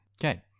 Okay